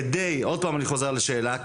עוד פעם אני חוזר על השאלה,